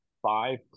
five